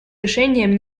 решением